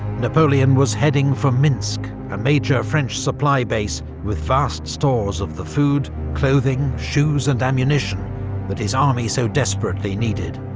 napoleon was heading for minsk, a major french supply base with vast stores of the food, clothing, shoes and ammunition that his army so desperately needed.